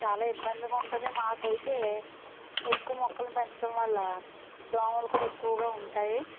చాలా ఇబ్బందిగా ఉంటుంది మాకైతే ఎక్కువ మొక్కలని పెంచడం వల్ల దోమలు కూడా ఎక్కువగా ఉంటాయి